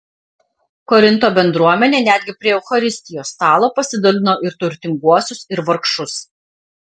korinto bendruomenė netgi prie eucharistijos stalo pasidalino į turtinguosius ir vargšus